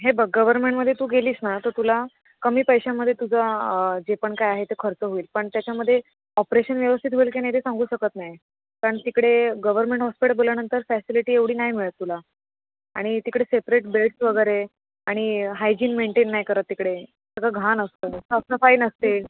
हे बघ गवर्नमेंटमध्ये तू गेलीस ना तर तुला कमी पैशामध्ये तुजा जे पण काय आहे ते खर्च होईल पण त्याच्यामध्ये ऑपरेशन व्यवस्थित होईल की नाही ते सांगू शकत नाही कारण तिकडे गवर्नमेंट हॉस्पिटल बोलल्यानंतर फॅसिलीटी एवढी नाही मिळत तुला आणि तिकडे सेपरेट बेड्स वगैरे आणि हायजीन मेंटेन नाही करत तिकडे सगळं घाण असतं साफसफाई नसते